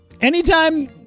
anytime